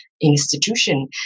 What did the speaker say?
institution